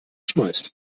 schmeißt